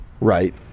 Right